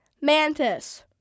Mantis